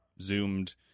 zoomed